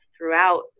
throughout